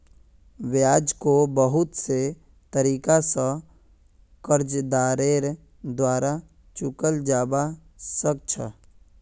ब्याजको बहुत से तरीका स कर्जदारेर द्वारा चुकाल जबा सक छ